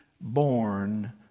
born